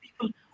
people